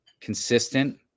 consistent